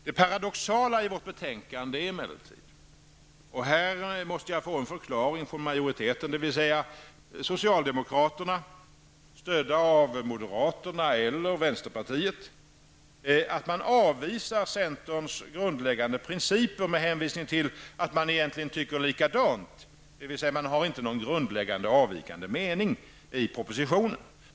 Det paradoxala i vårt betänkande är emellertid -- och här måste jag få en förklaring från majoriteten, dvs. socialdemokraterna stödda av moderater och/eller vänsterpartister -- att man avvisar centerns grundläggande principer med hänvisning till att man inte har någon grundläggande avvikande mening i propositionen.